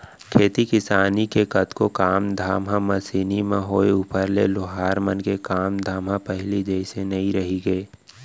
खेती किसानी के कतको काम धाम ह मसीनी म होय ऊपर ले लोहार मन के काम धाम ह पहिली जइसे नइ रहिगे